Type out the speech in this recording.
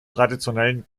traditionellen